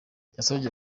yasabye